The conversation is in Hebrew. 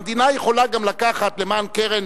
המדינה יכולה גם לקחת למען קרן